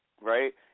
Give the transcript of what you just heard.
right